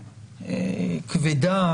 כבדה.